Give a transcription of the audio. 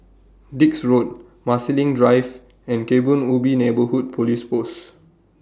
Dix Road Marsiling Drive and Kebun Ubi Neighbourhood Police Post